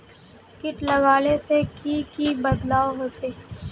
किट लगाले से की की बदलाव होचए?